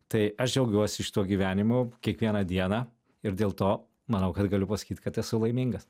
tai aš džiaugiuosi šituo gyvenimu kiekvieną dieną ir dėl to manau kad galiu pasakyt kad esu laimingas